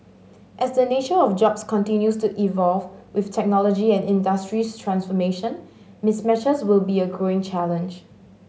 as the nature of jobs continues to evolve with technology and industries transformation mismatches will be a growing challenge